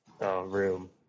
room